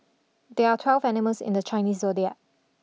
there are twelve animals in the Chinese zodiac